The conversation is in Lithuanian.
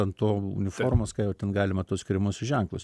ant to uniformos ką jau ten galima tuos skiriamuosius ženklus